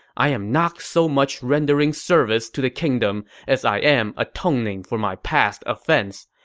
i am not so much rendering service to the kingdom as i am atoning for my past offense.